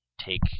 take